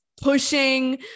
pushing